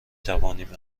توانیم